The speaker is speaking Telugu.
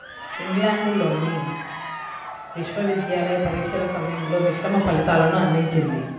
ఇంగ్లాండ్లోని విశ్వవిద్యాలయ పరీక్షల సమయంలో మిశ్రమ ఫలితాలను అందించింది